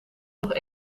nog